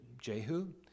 Jehu